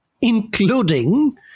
including